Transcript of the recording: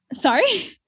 sorry